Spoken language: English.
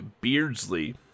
Beardsley